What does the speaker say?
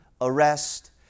arrest